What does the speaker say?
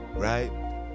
right